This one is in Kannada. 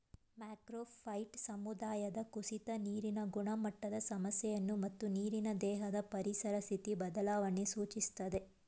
ಮ್ಯಾಕ್ರೋಫೈಟ್ ಸಮುದಾಯದ ಕುಸಿತ ನೀರಿನ ಗುಣಮಟ್ಟದ ಸಮಸ್ಯೆಯನ್ನು ಮತ್ತು ನೀರಿನ ದೇಹದ ಪರಿಸರ ಸ್ಥಿತಿ ಬದಲಾವಣೆಯನ್ನು ಸೂಚಿಸ್ತದೆ